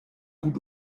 gut